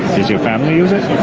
does your family use it?